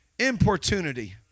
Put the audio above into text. Importunity